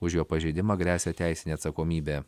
už jo pažeidimą gresia teisinė atsakomybė